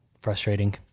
frustrating